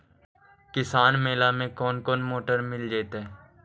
किसान मेला में कोन कोन मोटर मिल जैतै?